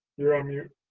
you're on mute.